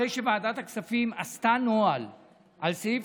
אחרי שוועדת הכספים עשתה נוהל על סעיף